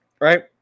Right